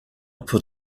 put